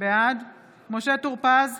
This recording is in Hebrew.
בעד משה טור פז,